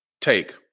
take